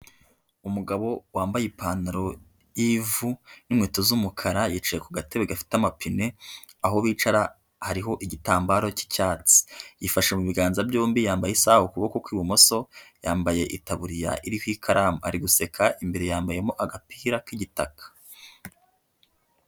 Umugabo wambaye ipantaro y'ivu n'inkweto z'umukara, yicaye ku gatebe gafite amapine aho, bicara hariho igitambaro cy'icyatsi, yifashe mu biganza byombi yambaye isaha ku kuboko kw'ibumoso, yambaye itaburiya iriho ikaramu, ari guseka, imbere yambayemo agapira k'igitaka.